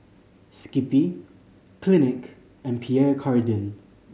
Skippy Clinique and Pierre Cardin